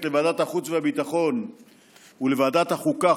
לוועדת החוץ והביטחון ולוועדת החוקה,